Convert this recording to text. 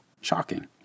Shocking